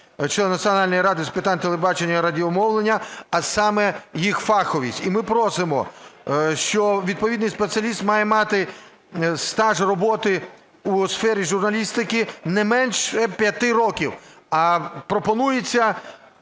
члени Національної ради з питань телебачення і радіомовлення, а саме їх фаховість. І ми просимо, що відповідний спеціаліст має мати стаж роботи у сфері журналістики не менше 5 років. А пропонується